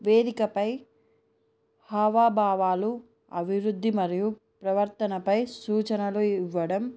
వేదికపై హావభావాలు అభివృద్ధి మరియు ప్రవర్తనపై సూచనలు ఇవ్వడం